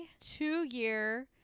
two-year